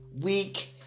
week